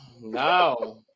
no